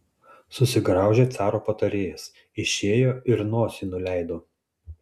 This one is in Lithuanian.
susigraužė caro patarėjas išėjo ir nosį nuleido